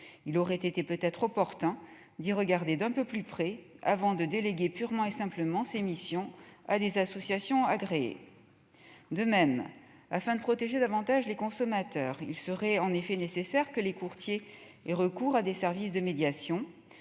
aurait-il été opportun d'examiner la situation d'un peu plus près avant de déléguer purement et simplement ses missions à des associations agréées. De même, afin de protéger davantage les consommateurs, il serait nécessaire que les courtiers aient recours à des services de médiation.